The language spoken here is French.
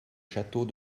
château